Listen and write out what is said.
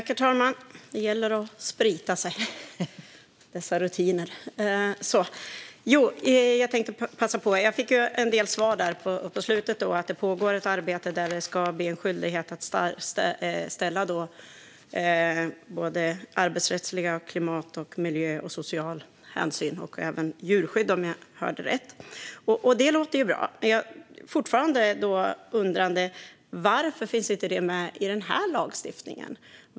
Herr talman! Jag vill passa på, även om jag fick en del svar på slutet om att det pågår arbete för att det ska bli en skyldighet att ställa krav, såväl arbetsrättsliga krav som krav när det gäller klimat och miljö, social hänsyn och även djurskydd, om jag hörde rätt. Det låter bra. Men jag undrar fortfarande varför det inte finns med i den här lagstiftningen.